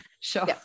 sure